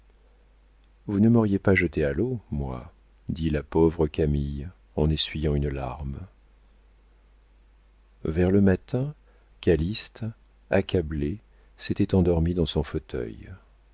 vous ne m'auriez pas jetée à l'eau moi dit la pauvre camille en essuyant une larme vers le matin calyste accablé s'était endormi dans son fauteuil